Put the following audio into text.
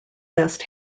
best